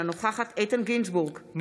אינה נוכחת איתן גינזבורג,